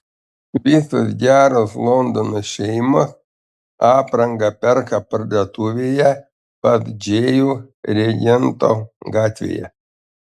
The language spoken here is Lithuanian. visos geros londono šeimos aprangą perka parduotuvėje pas džėjų regento gatvėje